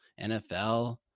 NFL